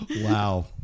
wow